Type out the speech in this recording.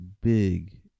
big